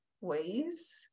ways